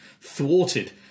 thwarted